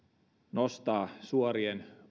nostaa suorien